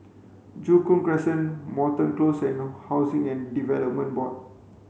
Joo Koon Crescent Moreton Close and Housing and Development Board